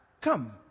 come